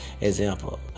example